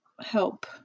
help